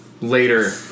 later